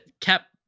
Cap